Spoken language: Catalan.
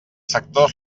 sectors